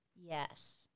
Yes